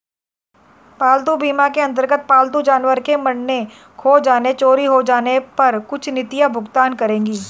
पालतू बीमा के अंतर्गत पालतू जानवर के मरने, खो जाने, चोरी हो जाने पर कुछ नीतियां भुगतान करेंगी